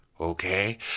Okay